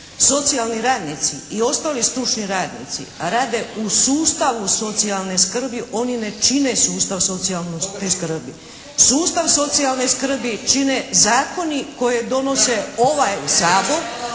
socijalni radnici i ostali stručni radnici rade u sustavu socijalne skrbi. Oni ne čine sustav socijalne skrbi. Sustav socijalne skrbi čine zakoni koje donose ovaj Sabor